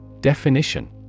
Definition